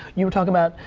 you were talkin' about,